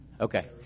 Okay